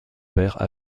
père